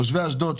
את תושבי אשדוד,